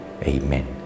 Amen